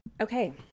Okay